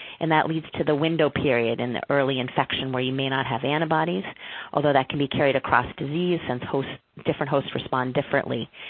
and that leads to the window period in the early infection where you may not have antibodies although, that can be carried across disease, since different hosts respond differently.